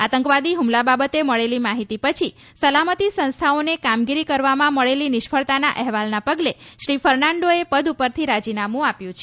આતંકવાદી હુમલા બાબતે મળેલી માહિતી પછી સલામતી સંસ્થાઓને કામગીરી કરવામાં મળેલી નિષ્ફળતાના અહેવાલના પગલે શ્રી ફર્નાન્ડોએ પદ પરથી રાજીનામું આપ્યું છે